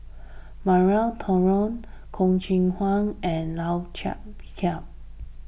Maria Hertogh Choo Keng Kwang and Lau Chiap Khai